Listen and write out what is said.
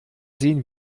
sehen